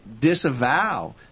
disavow